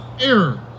error